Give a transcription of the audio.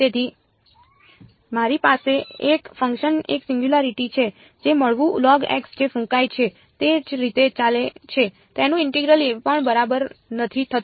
તેથી મારી પાસે એક ફંક્શન એક સિંગયુંલારીટી છે જે મૂળમાં જે ફૂંકાય છે તે જ રીતે ચાલે છે તેનું ઇન્ટેગ્રલ પણ બરાબર નથી થતું